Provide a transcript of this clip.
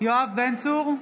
יואב בן צור,